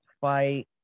fight